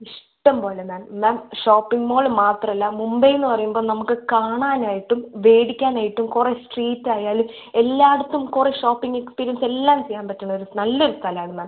ഇഷ്ടം പോലെ ma'am ma'am shopping mall മാത്രമല്ല മുംബൈ എന്ന് പറയുമ്പോൾ നമുക്ക് കാണാനായിട്ടും മേടിക്കാനായിട്ടും കുറേ സ്ട്രീറ്റ് ആയാലും എല്ലായിടത്തും കുറേ ഷോപ്പിംഗ് എക്സ്പീരിയൻസ് എല്ലാം ചെയ്യാൻ പറ്റുന്നൊരു നല്ലൊരു സ്ഥലമാണ് മാം